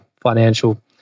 Financial